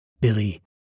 Billy